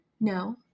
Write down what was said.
No